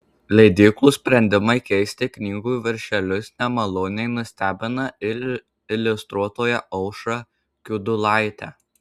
leidyklų sprendimai keisti knygų viršelius nemaloniai nustebina ir iliustruotoją aušrą kiudulaitę